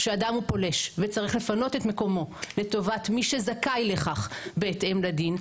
שאדם הוא פולש וצריך לפנות את מקומו לטובת מי שזכאי לכך בהתאם לדין,